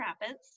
Rapids